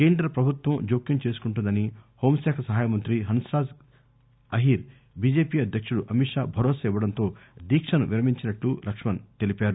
కేంద్ర ప్రభుత్వం జోక్యం చేసుకుంటుందని హోం శాఖ సహాయ మంత్రి హన్స్రాజ్ ఆహిర్ బిజెపి అధ్యకుడు అమిత్షా భరోసా ఇవ్వడంతో దీక్షను విరమించినట్లు లక్ష్మణ్ చెప్పారు